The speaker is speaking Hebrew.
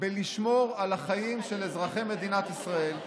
בשמירת החיים של אזרחי מדינת ישראל.